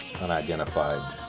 unidentified